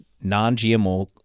non-GMO